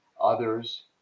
others